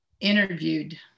interviewed